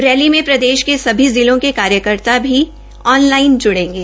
rally में प्रदेश के सभी जिलो के कार्यकर्ता भी ऑनलाइन जुड़ेंगे